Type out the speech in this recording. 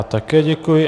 Také děkuji.